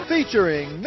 Featuring